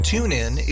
TuneIn